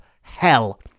hell